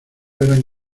verán